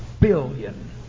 billion